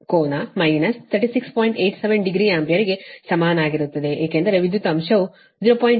87 degree ಆಂಪಿಯರ್ಗೆ ಸಮಾನವಾಗಿರುತ್ತದೆ ಏಕೆಂದರೆ ವಿದ್ಯುತ್ ಅಂಶವು 0